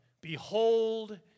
behold